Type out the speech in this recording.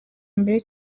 mbere